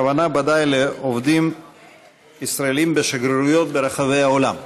הכוונה לעובדים ישראלים בשגרירויות ברחבי העולם.